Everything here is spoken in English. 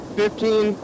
fifteen